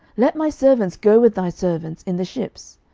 let my servants go with thy servants in the ships.